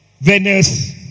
Venus